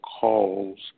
calls